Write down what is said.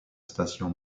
station